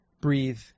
breathe